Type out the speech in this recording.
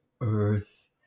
earth